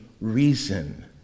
reason